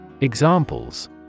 Examples